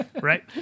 Right